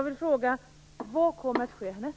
Vad kommer att ske härnäst?